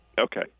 Okay